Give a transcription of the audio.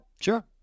sure